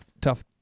tough